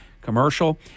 commercial